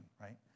right